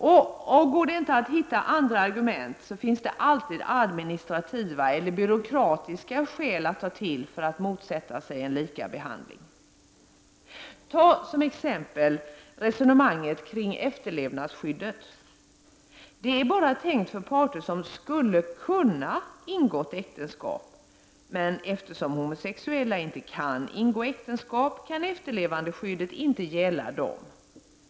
Om det inte går att hitta andra argument finns det alltid administrativa eller byråkratiska skäl att ta till för att motsätta sig en likabehandling. Ta som exempel resonemanget kring efterlevandeskyddet. Det är bara tänkt för parter som skulle ha kunnat ingå äktenskap, men eftersom homosexuella inte kan ingå äktenskap kan efterlevandeskyddet inte gälla dem.